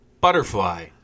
butterfly